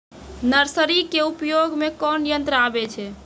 Nursery के उपयोग मे कोन यंत्र आबै छै?